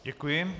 Děkuji.